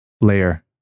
layer